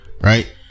right